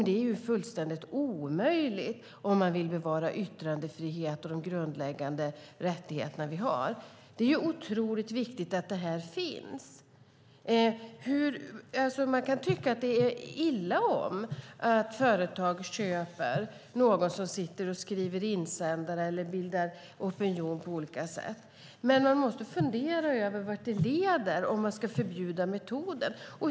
Det är ju fullständigt omöjligt om man vill bevara yttrandefriheten och de grundläggande rättigheter vi har. Det är otroligt viktigt att detta finns. Man kan tycka illa om att företag köper någon som sitter och skriver insändare eller bildar opinion på olika sätt, men man måste fundera över vart det leder om man ska förbjuda metoden.